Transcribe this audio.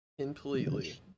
completely